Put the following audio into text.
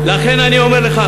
לכן אני אומר לך,